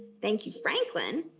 thank you franklin,